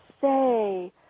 say